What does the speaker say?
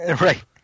Right